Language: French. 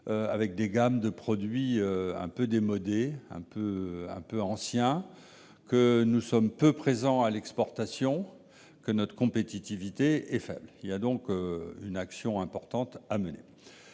avec des gammes de produits un peu démodés, un peu anciens ; nous sommes peu présents à l'exportation ; notre compétitivité est faible. Il y a donc une action importante à mener.